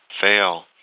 fail